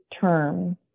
term